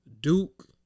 Duke